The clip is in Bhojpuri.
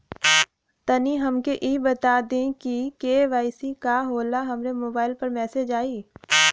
तनि हमके इ बता दीं की के.वाइ.सी का होला हमरे मोबाइल पर मैसेज आई?